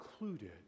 included